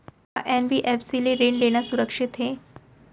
का एन.बी.एफ.सी ले ऋण लेना सुरक्षित हे?